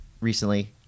recently